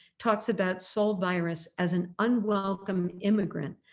talks about sol virus as an unwelcome immigrant,